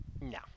no